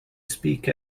speak